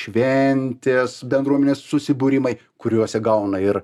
šventės bendruomenės susibūrimai kuriuose gauna ir